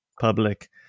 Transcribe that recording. public